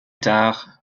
tard